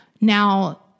Now